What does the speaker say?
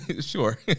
sure